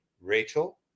Rachel